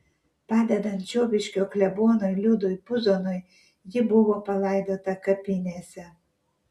padedant čiobiškio klebonui liudui puzonui ji buvo palaidota kapinėse